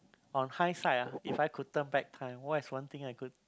oh high side uh if I could turn back time what is one thing I could